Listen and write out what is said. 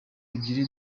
ebyiri